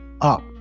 up